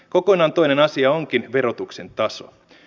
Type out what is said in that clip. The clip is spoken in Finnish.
kokonaan toinen asia onkin verotuksen taso